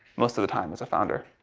most of the time as a founder.